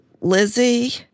Lizzie